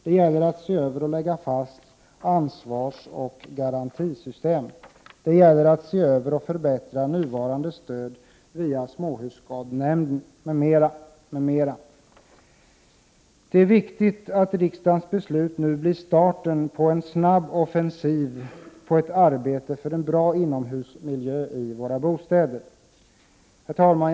Det gäller att se över och lägga fast ansvarsoch garantisystem. Det gäller att se över och förbättra nuvarande stöd via småhusskadenämnden m.m. Det är viktigt att riksdagens beslut nu blir starten för en snabb offensiv på ett arbete för en bra inomhusmiljö i våra bostäder. Herr talman!